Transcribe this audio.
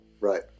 Right